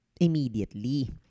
immediately